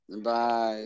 Bye